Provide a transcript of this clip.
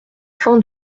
fin